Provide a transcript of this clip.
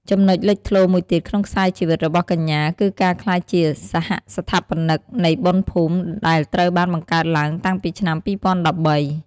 ចំណុចលេចធ្លោមួយទៀតក្នុងខ្សែជីវិតរបស់កញ្ញាគឺការក្លាយជា សហស្ថាបនិកនៃបុណ្យភូមិ ដែលត្រូវបានបង្កើតឡើងតាំងពីឆ្នាំ ២០១៣។